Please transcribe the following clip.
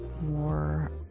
more